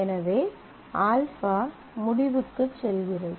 எனவே α முடிவுக்கு செல்கிறது